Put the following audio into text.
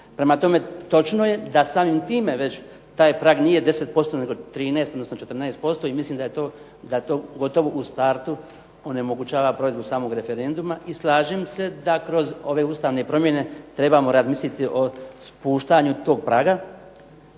Prema tome, točno je da samim time već taj prag nije 10% nego 13, odnosno 14% i mislim da je to, da to gotovo u startu onemogućava provedbu samog referenduma i slažem se da kroz ove ustavne promjene trebamo razmisliti o spuštanju tog praga,